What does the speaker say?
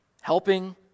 Helping